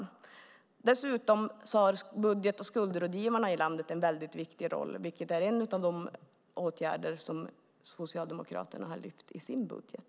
Dessutom har budget och skuldrådgivarna i landet en mycket viktig roll. Det är en av de åtgärder som Socialdemokraterna har lyft fram i sin budget.